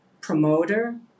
promoter